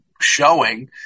showing